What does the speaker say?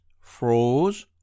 froze